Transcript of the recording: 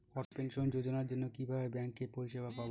অটল pension যোজনার জন্য কিভাবে ব্যাঙ্কে পরিষেবা পাবো?